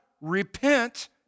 Repent